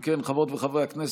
אם כן חברות וחברי הכנסת,